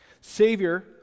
Savior